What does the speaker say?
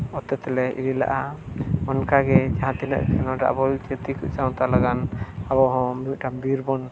ᱚᱛᱤᱛ ᱞᱮ ᱤᱫᱤ ᱞᱮᱜᱼᱟ ᱚᱱᱠᱟᱜᱮ ᱡᱟᱦᱟᱸ ᱛᱤᱱᱟᱹᱜ ᱠᱷᱮᱞᱳᱰ ᱨᱮ ᱟᱵᱚ ᱡᱟᱹᱛᱤ ᱥᱟᱶᱛᱟ ᱞᱟᱹᱜᱤᱫ ᱦᱚᱲ ᱦᱚᱸ ᱢᱤᱫᱴᱟᱱ ᱵᱤᱨ ᱵᱚᱱ